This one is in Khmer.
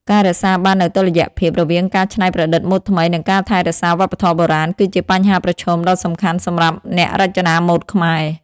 ការរក្សាបាននូវ តុល្យភាព រវាងការច្នៃប្រឌិតម៉ូដថ្មី និងការថែរក្សាវប្បធម៌បុរាណ គឺជាបញ្ហាប្រឈមដ៏សំខាន់សម្រាប់អ្នករចនាម៉ូដខ្មែរ។